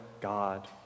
God